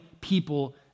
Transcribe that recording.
people